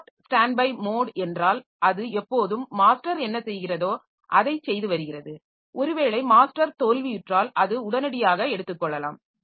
எனவே hot standby mode என்றால் அது எப்போதும் மாஸ்டர் என்ன செய்கிறதோ அதைச் செய்து வருகிறது ஒருவேளை மாஸ்டர் தோல்வியுற்றால் அது உடனடியாக எடுத்துக் கொள்ளலாம்